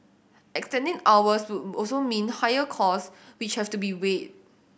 extending hours would also mean higher cost which have to be weighed